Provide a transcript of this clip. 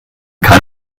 kann